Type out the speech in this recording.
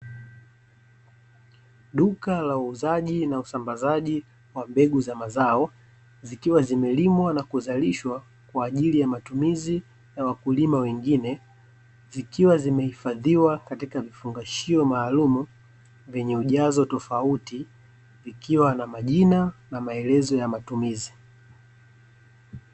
Duka la wauzaji na usambazaji wa mbegu za mazao, zikiwa zimelimwa na kuzalishwa kwa ajili ya matumizi ya wakulima wengine, zikiwa zimehifadhiwa katika vifungashio maalumu vyenye ujazo tofauti, vikiwa na majina na maelezo ya matumizi.